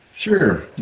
Sure